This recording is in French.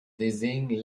désigne